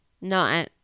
No